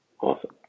Awesome